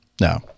No